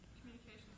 Communication